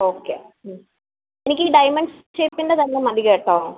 okay ഉം എനിക്ക് ഈ ഡയമണ്ട് ഷേപ്പിന്റേത് തന്നെ മതി കേട്ടോ